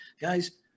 guys